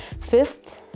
Fifth